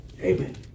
Amen